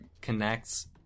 connects